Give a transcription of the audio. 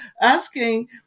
asking